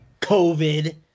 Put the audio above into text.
covid